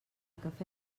cafè